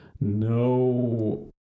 no